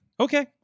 Okay